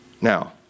Now